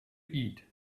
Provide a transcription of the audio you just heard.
eat